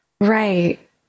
Right